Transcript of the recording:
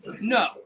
No